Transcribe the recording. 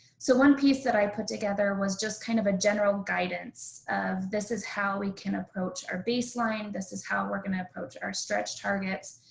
so one piece that i put together was just kind of a general guidance. this is how we can approach our baseline. this is how we're going to approach our stretch targets.